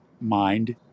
mind